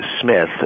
Smith